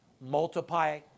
multiply